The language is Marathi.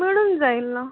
मिळून जाईल ना